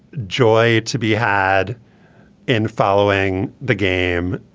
joy to be had in following the game.